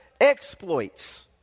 exploits